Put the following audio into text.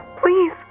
Please